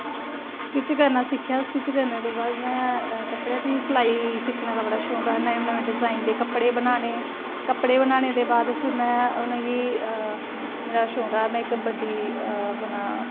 stitch करना सिक्खेआ stitch करने दे बाद में कपड़े दी सलाई दा बड़ा शौक हा नमें नमें डिजाइन दे कपड़े बनाने कपड़े बनाने दे बाद फिर में उ'नें शौक हा में बड्डी ओह् बनां